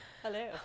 Hello